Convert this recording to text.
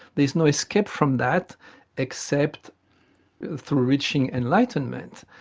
there is no escape from that except through reaching enlightenment,